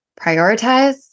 Prioritize